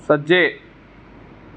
सज्जै